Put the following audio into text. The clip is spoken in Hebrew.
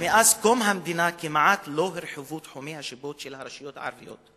שמאז קום המדינה כמעט לא הורחבו תחומי השיפוט של הרשויות הערביות,